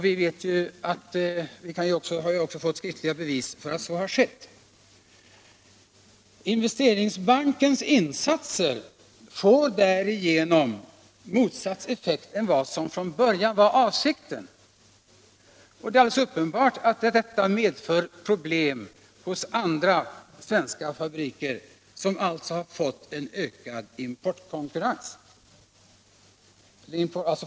Vi har också fått skriftliga bevis på att så har skett. Investeringsbankens insatser får därigenom en effekt motsatt den som från början var avsedd. Det är alldeles uppenbart att detta medför problem hos andra svenska företag, som alltså har fått en ökad importkonkurrens.